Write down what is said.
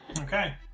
Okay